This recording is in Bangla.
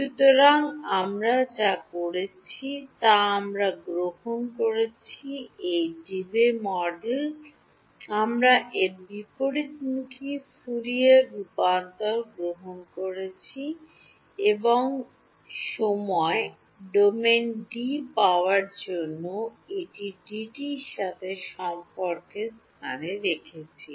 সুতরাং আমরা যা করেছি তা আমরা গ্রহণ করেছি এই দেবি মডেলটি আমরা এর বিপরীতমুখী ফুরিয়ার রূপান্তর গ্রহণ করেছি এবং সময় ডোমেনে ডি পাওয়ার জন্য এটি ডিটির সাথে সম্পর্কের স্থানে রেখেছি